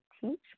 teach